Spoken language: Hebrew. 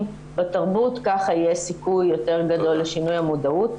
בתרבות ככה יהיה סיכוי יותר גדול לשינוי המודעות.